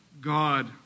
God